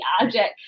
object